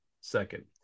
second